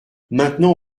maintenant